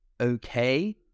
okay